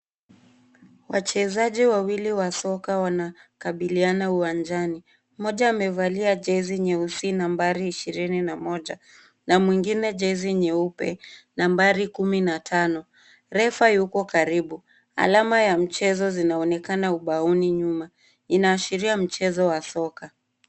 Wachezaji wawili wa soko wanakabiliana uwanjani, mmoja amevalia jezi nyeusi nambari ishirini na moja na mwengine jezi nyeupe nambari kumi na tano. Refa yuko karibu. Alama ya mchezo zinazonekana ubaoni nyuma. Inaashiria mchezo wa soka.